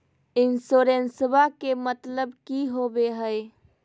इंसोरेंसेबा के मतलब की होवे है?